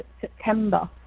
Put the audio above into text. September